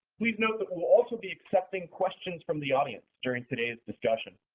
please note that we'll also be accepting questions from the audience during today's discussion.